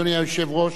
אדוני היושב-ראש,